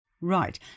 Right